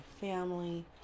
family